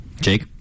Jake